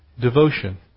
devotion